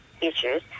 issues